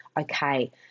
Okay